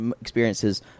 experiences